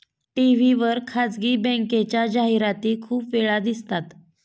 TV वर खासगी बँकेच्या जाहिराती खूप वेळा दिसतात